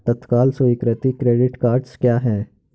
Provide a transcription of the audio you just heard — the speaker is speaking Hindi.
तत्काल स्वीकृति क्रेडिट कार्डस क्या हैं?